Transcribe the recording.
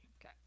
Okay